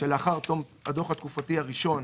שלאחר תום תקופת הדוח התקופתי הראשון